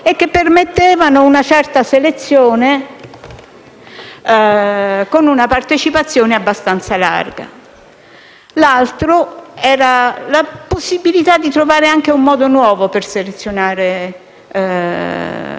e che permettevano una certa selezione con una partecipazione abbastanza ampia. Un altro modo è la possibilità di trovare anche sistemi nuovi per selezionare i